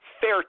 fair